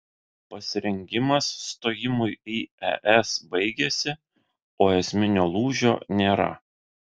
pasirengimas stojimui į es baigėsi o esminio lūžio nėra